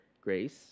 grace